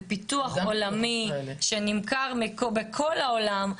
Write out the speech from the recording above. בפיתוח עולמי שנמכר בכל העולם,